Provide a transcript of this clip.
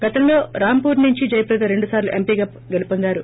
గతంలో రామ్పూర్ నుంచి జయప్రద రెండు సార్షు ఎంపీగా గెలుపొందారు